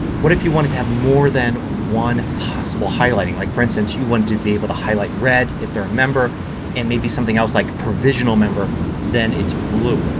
what if you wanted to have more than one possible highlighting. like, for instance, you wanted to be able to highlight red if they are a member and maybe something else like provisional member and then it's blue.